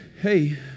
Hey